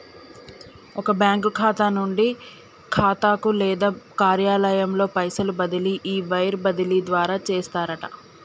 ఒక బ్యాంకు ఖాతా నుండి ఖాతాకు లేదా కార్యాలయంలో పైసలు బదిలీ ఈ వైర్ బదిలీ ద్వారా చేస్తారట